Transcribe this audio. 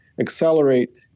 accelerate